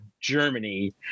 Germany